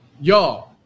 Y'all